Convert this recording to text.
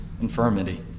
infirmity